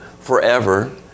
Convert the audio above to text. forever